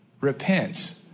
repent